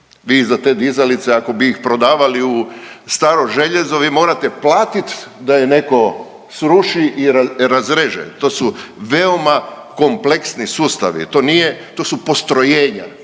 Vi za te dizalice ako bi ih prodavali u staro željezo, vi morate platit da ju netko sruši i razreže. To su veoma kompleksni sustavi, to nije, to su postrojenja,